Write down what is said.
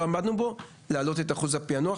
עמדנו בו כדי להעלות את אחוזי הפיענוח.